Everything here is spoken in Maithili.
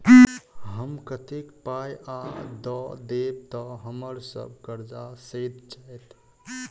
हम कतेक पाई आ दऽ देब तऽ हम्मर सब कर्जा सैध जाइत?